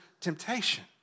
temptation